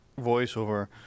voiceover